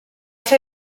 fer